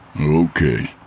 Okay